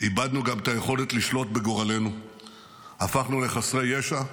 איבדנו גם את היכולת לשלוט בגורלנו והפכנו לחסרי ישע,